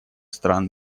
стран